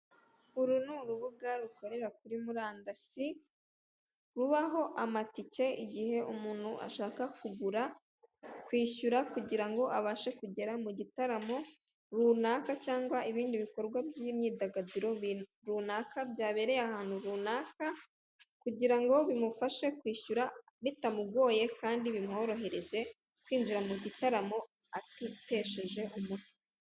Uru ni urubuga rukorera kuri murandasi, rubaho amatike igihe umuntu ashaka kugura, kwishyura kugira ngo abashe kugera mu gitaramo runaka cyangwa ibindi bikorwa by'imyidagaduro runaka, byabereye ahantu runaka kugira ngo bimufashe kwishyura bitamugoye kandi bimworohereze kwinjira mu gitaramo, atitesheje umutwe.